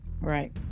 Right